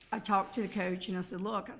i talked to coach and i said, look,